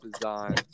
design